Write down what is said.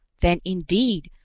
then, indeed,